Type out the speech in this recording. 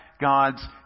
God's